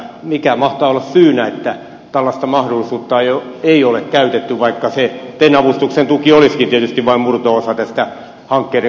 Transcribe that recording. mikä mahtaa olla syynä että tällaista mahdollisuutta ei ole käytetty vaikka se ten avustuksen tuki olisikin tietysti vain murto osa tästä hankkeiden kokonaiskustannuksesta